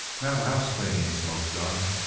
now the house-cleanin's most done.